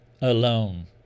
alone